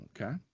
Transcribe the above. Okay